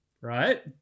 right